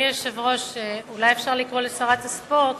אדוני היושב-ראש, אולי אפשר לקרוא לשרת הספורט?